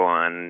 on